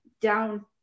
down